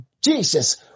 Jesus